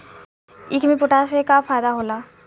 ईख मे पोटास के का फायदा होला?